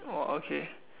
oh okay